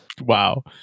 Wow